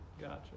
gotcha